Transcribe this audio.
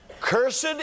Cursed